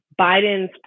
Biden's